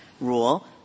rule